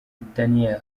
daniel